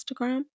Instagram